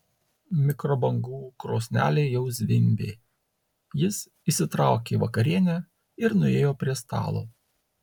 mikrobangų krosnelė jau zvimbė jis išsitraukė vakarienę ir nuėjo prie stalo